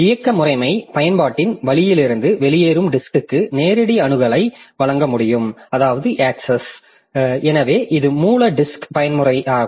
இயக்க முறைமை பயன்பாட்டின் வழியிலிருந்து வெளியேறும் டிஸ்க்க்கு நேரடி அணுகலை வழங்க முடியும் எனவே இது மூல டிஸ்க் பயன்முறையாகும்